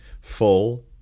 full